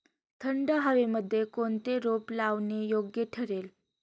थंड हवेमध्ये कोणते रोप लावणे योग्य ठरेल?